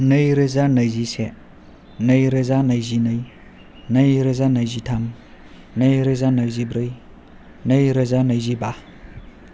नैरोजा नैजिसे नैरोजा नैजिनै नैरोजा नैजिथाम नैरोजा नैजिब्रै नैरोजा नैजिबा